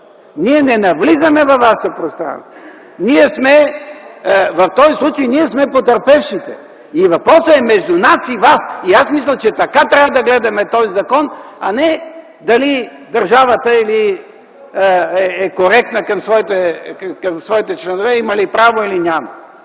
не навлизаме във вашето пространство. В този случай ние сме потърпевшите. Въпросът е между нас и вас. Мисля, че така трябва да гледаме на този законопроект, а не дали държавата е коректна към своите граждани, има ли право или няма.